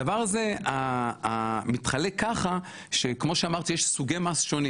הדבר הזה מתחלק ככה שכמו שאמרתי יש סוגי מס סוגים,